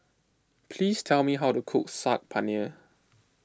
please tell me how to cook Saag Paneer